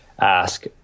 ask